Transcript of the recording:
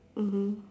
mmhmm